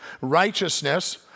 righteousness